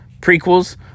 prequels